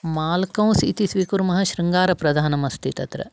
माल्कौस् इति स्वीकुर्मः शृङ्गारप्रधानमस्ति तत्र